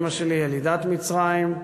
אימא שלי ילידת מצרים,